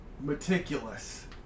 Meticulous